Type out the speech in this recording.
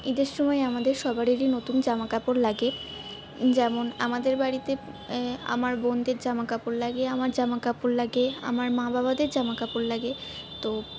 ঈদের সময় আমাদের সবারই নতুন জামা কাপড় লাগে যেমন আমাদের বাড়িতে আমার বোনদের জামা কাপড় লাগে আমার জামা কাপড় লাগে আমার মা বাবাদের জামা কাপড় লাগে তো